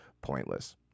pointless